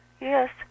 Yes